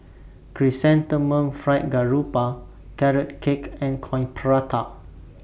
Chrysanthemum Fried Garoupa Carrot Cake and Coin Prata